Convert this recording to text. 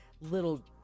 little